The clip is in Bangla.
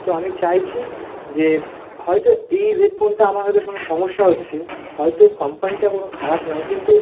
তো আমি চাইছি যে হয়তো এই হেডফোনটা আমার হয়তো শুনে সমস্যা হচ্ছে হয়তো কম্পানিটা কোনও খারাপ নয় কিন্তু